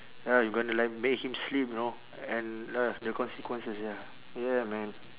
ya you gonna like make him sleep you know and ya the consequences ya yeah man